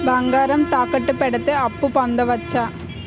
బంగారం తాకట్టు కి పెడితే అప్పు పొందవచ్చ?